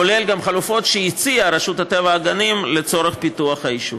כולל חלופות שהציעה רשות הטבע והגנים לצורך פיתוח היישוב.